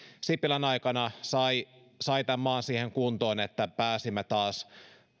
sipilän aikana sai sai tämän maan siihen kuntoon että pääsimme taas